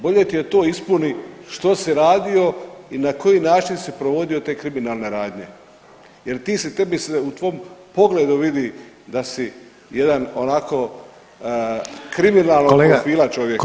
Bolje ti je to ispuni što si radio i na koji način si provodio te kriminalne radnje jer ti si, tebi se u tvom pogledu vidi da si jedan onako kriminalnog profila čovjek.